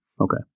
Okay